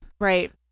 Right